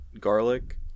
garlic